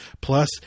Plus